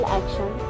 action